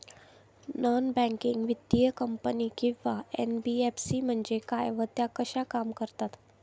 Non banking वित्तीय company किंवा NBFC म्हणजे काय व त्या कशा काम करतात?